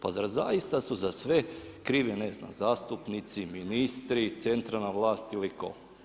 Pa zar zaista za sve krivi ne znam zastupnici, ministri, centralna vlast ili tko?